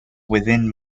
within